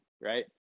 right